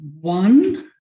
one